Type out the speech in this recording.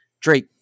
Drake